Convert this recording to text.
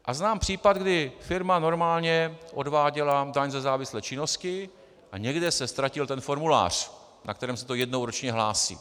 A znám případ, kdy firma normálně odváděla daň ze závislé činnosti a někde se ztratil ten formulář, na kterém se to jednou ročně hlásí.